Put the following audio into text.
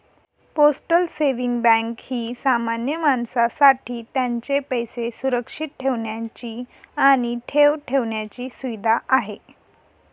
postal saving bank ही सामान्य माणसासाठी त्यांचे पैसे सुरक्षित ठेवण्याची आणि ठेव ठेवण्याची सुविधा आहे